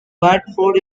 watford